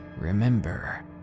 remember